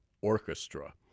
Orchestra